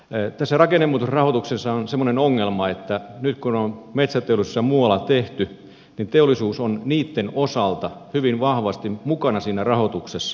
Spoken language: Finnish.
tässä rakennemuutosrahoituksessa on semmoinen ongelma että nyt kun ne on metsäteollisuudessa ja muualla tehty niin teollisuus on niitten osalta hyvin vahvasti mukana siinä rahoituksessa